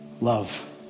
love